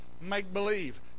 make-believe